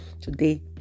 today